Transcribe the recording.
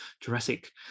Jurassic